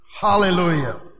Hallelujah